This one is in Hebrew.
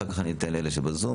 אחר כך אני אתן לאלה שבזום,